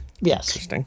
Yes